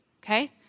okay